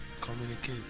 Communicate